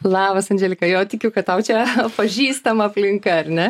labas andželika jo tikiu kad tau čia pažįstama aplinka ar ne